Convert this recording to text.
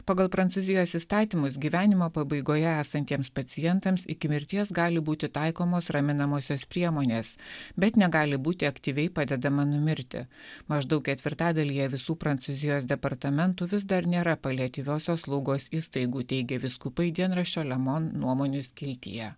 pagal prancūzijos įstatymus gyvenimo pabaigoje esantiems pacientams iki mirties gali būti taikomos raminamosios priemonės bet negali būti aktyviai padedama numirti maždaug ketvirtadalyje visų prancūzijos departamentų vis dar nėra paliatyviosios slaugos įstaigų teigia vyskupai dienraščio le mon nuomonių skiltyje